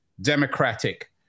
Democratic